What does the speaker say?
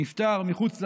נפטר מחוץ לעיר,